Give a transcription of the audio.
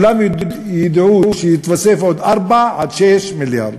וכולם ידעו שיתווספו עוד 4 6 מיליארד,